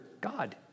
God